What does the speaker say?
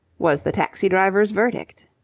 was the taxi-driver's verdict.